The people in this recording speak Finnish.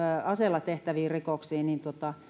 aseella tehtäviin rikoksiin